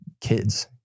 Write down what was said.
kids